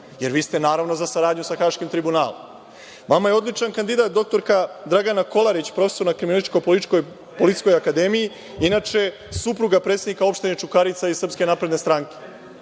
jer vi ste naravno za saradnju sa Haškim tribunalom. Vama je odličan kandidat dr Dragana Kolarić, profesor na Kriminalističkoj policijskoj akademiji, inače supruga predsednika opštine Čukarica iz SNS. Vama je odličan